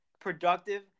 productive